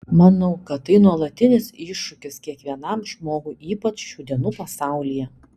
manau kad tai nuolatinis iššūkis kiekvienam žmogui ypač šių dienų pasaulyje